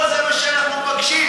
זה כל מה שאנחנו מבקשים.